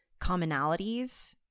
commonalities